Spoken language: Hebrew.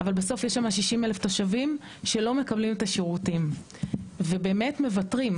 אבל בסוף יש שמה 60 אלף תושבים שלא מקבלים את השירותים ובאמת מוותרים,